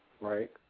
Right